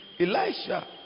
Elijah